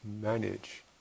manage